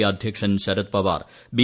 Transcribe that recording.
P അധ്യക്ഷൻ Sharad Pawar B